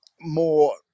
more